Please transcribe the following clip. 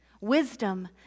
Wisdom